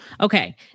Okay